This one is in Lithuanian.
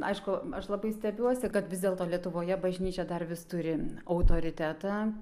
aišku aš labai stebiuosi kad vis dėlto lietuvoje bažnyčia dar vis turi autoritetą